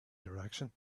direction